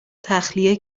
تخلیه